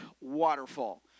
waterfall